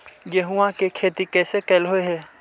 गेहूआ के खेती कैसे कैलहो हे?